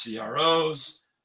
CROs